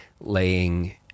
laying